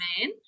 man